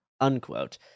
Unquote